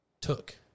took